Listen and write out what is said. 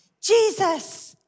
Jesus